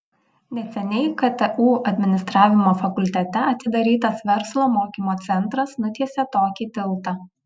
neseniai ktu administravimo fakultete atidarytas verslo mokymo centras nutiesė tokį tiltą